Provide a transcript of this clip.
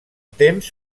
temps